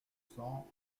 cents